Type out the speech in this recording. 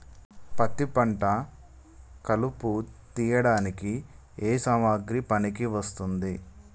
పత్తి పంట కలుపు తీయడానికి ఏ సామాగ్రి పనికి వస్తుంది?